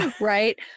right